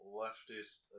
leftist